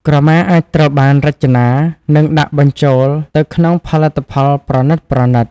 ក្រមាអាចត្រូវបានរចនា និងដាក់បញ្ចូលទៅក្នុងផលិតផលប្រណីតៗ។